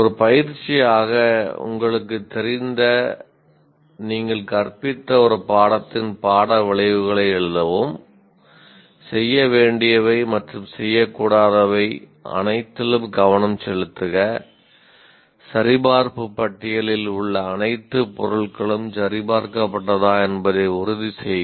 ஒரு பயிற்சியாக உங்களுக்குத் தெரிந்த நீங்கள் கற்பித்த ஒரு பாடத்தின் பாட விளைவுகளை எழுதவும் செய்ய வேண்டியவை மற்றும் செய்யக்கூடாதவை அனைத்திலும் கவனம் செலுத்துக சரிபார்ப்பு பட்டியலில் உள்ள அனைத்து பொருட்களும் சரிபார்க்கப்பட்டதா என்பதை உறுதிசெய்க